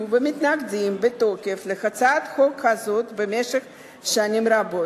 ומתנגדים בתוקף להצעת חוק כזאת במשך שנים רבות.